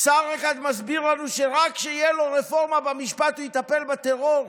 שר אחד מסביר לנו שרק כשתהיה לו רפורמה במשפט הוא יטפל בטרור.